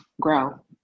grow